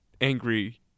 angry